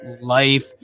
life